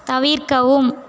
தவிர்க்கவும்